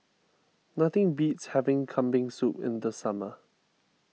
nothing beats having Kambing Soup in the summer